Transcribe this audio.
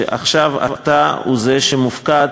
ועכשיו אתה הוא זה שמופקד,